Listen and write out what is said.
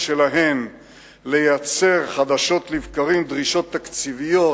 שלהן לייצר חדשות לבקרים דרישות תקציביות,